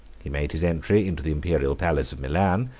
he made his entry into the imperial palace of milan,